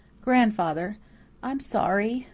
grandfather i'm sorry,